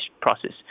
process